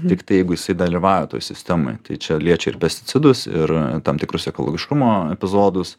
tiktai jeigu jisai dalyvavo toj sistemoj tai čia liečia ir pesticidus ir tam tikrus ekologiškumo epizodus